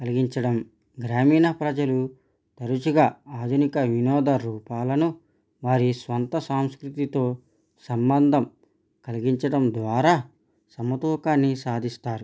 కలిగించడం గ్రామీణ ప్రజలు తరచుగా ఆధునిక వినోద రూపాలను వారి స్వంత సంస్కృతితో సంబంధం కలిగించడం ద్వారా సమతూకాన్ని సాధిస్తారు